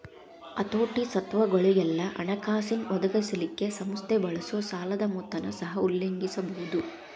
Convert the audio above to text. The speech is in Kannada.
ಹತೋಟಿ, ಸ್ವತ್ತುಗೊಳಿಗೆಲ್ಲಾ ಹಣಕಾಸಿನ್ ಒದಗಿಸಲಿಕ್ಕೆ ಸಂಸ್ಥೆ ಬಳಸೊ ಸಾಲದ್ ಮೊತ್ತನ ಸಹ ಉಲ್ಲೇಖಿಸಬಹುದು